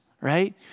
right